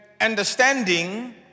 understanding